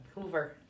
Hoover